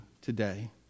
today